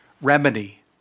remedy